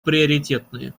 приоритетные